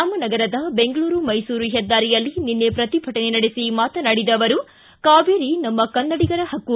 ರಾಮನಗರದ ಬೆಂಗಳೂರು ಮೈಸೂರು ಹೆದ್ದಾರಿಯಲ್ಲಿ ನಿನ್ನೆ ಪ್ರತಿಭಟನೆ ನಡೆಸಿ ಮಾತನಾಡಿದ ಅವರು ಕಾವೇರಿ ನಮ್ನ ಕನ್ನಡಿಗರ ಪಕ್ಕು